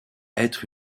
être